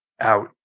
out